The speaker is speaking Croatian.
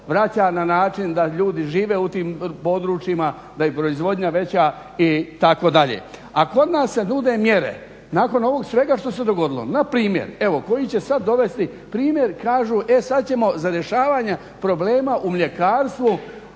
vraća na način da ljudi žive u tim područjima, da je proizvodnja veća itd. A kod nas se nude mjere, nakon ovog svega što se dogodilo. Na primjer, evo koje će sad dovesti primjer kažu e sad ćemo za rješavanje problema u mljekarstvu